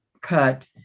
cut